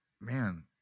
Man